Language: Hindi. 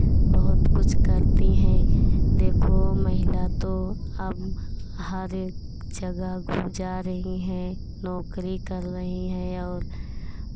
बहुत कुछ करती हैं देखो महिला तो अब हर एक जगह ही जा रही है नौकरी कर रही हैं और